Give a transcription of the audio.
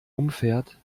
umfährt